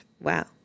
Wow